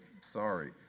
sorry